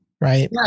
Right